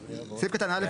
סעיף קטן (א),